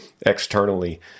externally